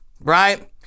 right